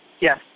Yes